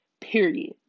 period